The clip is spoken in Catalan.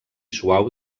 suau